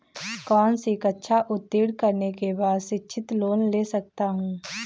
कौनसी कक्षा उत्तीर्ण करने के बाद शिक्षित लोंन ले सकता हूं?